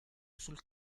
sul